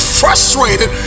frustrated